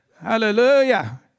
Hallelujah